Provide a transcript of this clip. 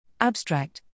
Abstract